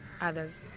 others